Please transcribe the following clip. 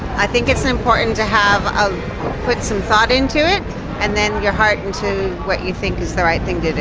i think it's important to ah put some thought into it and then your heart into what you think is the right thing to do.